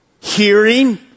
hearing